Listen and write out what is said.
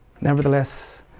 Nevertheless